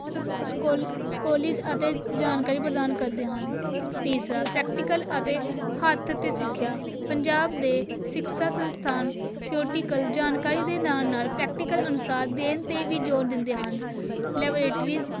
ਸਕੋਲਿਜ ਅਤੇ ਜਾਣਕਾਰੀ ਪ੍ਰਦਾਨ ਕਰਦੇ ਹਨ ਤੀਸਰਾ ਪ੍ਰੈਕਟੀਕਲ ਅਤੇ ਹੱਥ 'ਤੇ ਸਿੱਖਿਆ ਪੰਜਾਬ ਦੇ ਸਿਖਸ਼ਾ ਸੰਸਥਾਨ ਥਓਟੀਕਲ ਜਾਣਕਾਰੀ ਦੇ ਨਾਲ ਨਾਲ ਪ੍ਰੈਕਟੀਕਲ ਅਨੁਸਾਰ ਦੇਣ 'ਤੇ ਵੀ ਜ਼ੋਰ ਦਿੰਦੇ ਹਨ ਲੈਬਰੇਟਰੀਸ